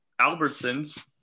Albertsons